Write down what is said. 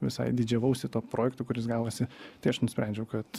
visai didžiavausi tuo projektu kuris gavosi tai aš nusprendžiau kad